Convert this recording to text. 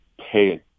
pay